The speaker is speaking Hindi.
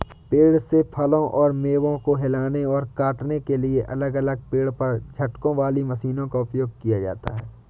पेड़ से फलों और मेवों को हिलाने और काटने के लिए अलग अलग पेड़ पर झटकों वाली मशीनों का उपयोग किया जाता है